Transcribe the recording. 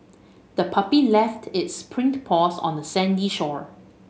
the puppy left its print paws on the sandy shore